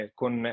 con